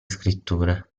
scritture